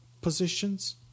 positions